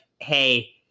hey